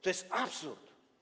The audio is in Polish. To jest absurd.